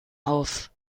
auf